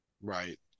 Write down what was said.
Right